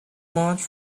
march